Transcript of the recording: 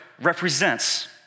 represents